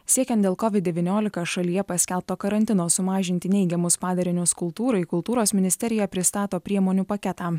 siekiant dėl covid devyniolika šalyje paskelbto karantino sumažinti neigiamus padarinius kultūrai kultūros ministerija pristato priemonių paketą